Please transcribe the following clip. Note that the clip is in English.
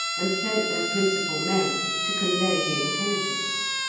and sent their principal men to convey the intelligence.